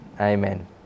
Amen